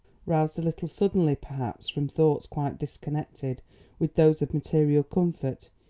roused a little suddenly, perhaps, from thoughts quite disconnected with those of material comfort,